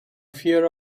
fear